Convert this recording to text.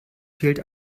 fehlt